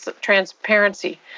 transparency